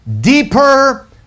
deeper